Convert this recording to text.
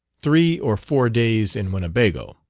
three or four days in winnebago